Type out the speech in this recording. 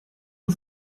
aux